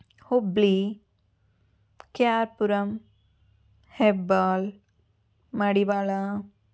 Hubli KR Puram Hebbal Madiwala